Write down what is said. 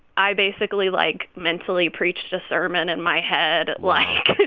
i basically, like, mentally preached a sermon in my head, like,